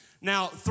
Now